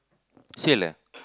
sia lah